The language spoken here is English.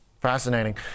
Fascinating